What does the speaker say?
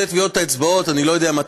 נושא טביעות האצבעות,